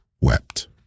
wept